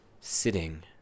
sitting